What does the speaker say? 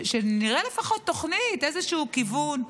שנראה לפחות תוכנית, איזשהו כיוון.